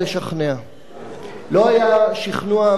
לא היה שכנוע אמיתי במה שאמרת לי,